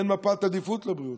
אין מפת עדיפות לבריאות,